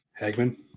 hagman